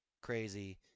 crazy